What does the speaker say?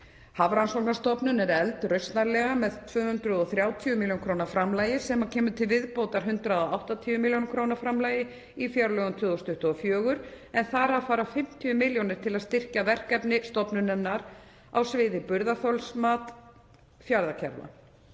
Hafrannsóknastofnun er efld rausnarlega með 230 millj. kr. framlagi sem kemur til viðbótar 180 millj. kr. framlagi í fjárlögum 2024 en þar af fara 50 milljónir til að styrkja verkefni stofnunarinnar á sviði burðarþolsmats fjarðarkjarna,